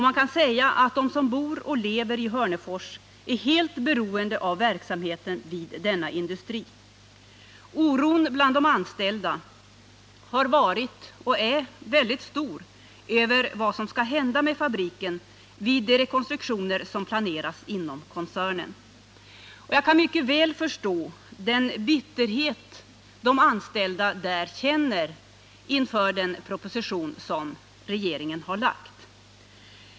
Man kan säga att de som bor och lever i Hörnefors är helt beroende av verksamheten vid denna industri. Oron bland de anställda har varit och är väldigt stor över vad som skall hända med fabriken vid de rekonstruktioner som planeras inom koncernen. Jag kan mycket väl förstå den bitterhet som de anställda känner över den proposition som regeringen har framlagt.